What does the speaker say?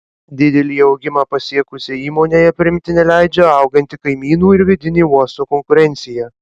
didelį augimą pasiekusiai įmonei aprimti neleidžia auganti kaimynų ir vidinė uosto konkurencija